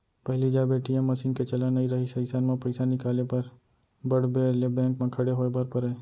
पहिली जब ATM machine के चलन नइ रहिस अइसन म पइसा निकाले बर बड़ बेर ले बेंक म खड़े होय बर परय